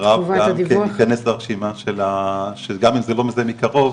שהרב ייכנס לרשימה של, שגם אם זה לא מקרוב,